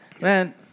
Man